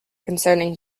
concerning